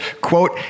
Quote